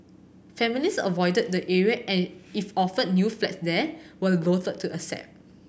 families avoided the area and if offered new flats there were loathe to accept